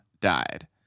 died